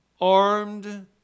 armed